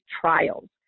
trials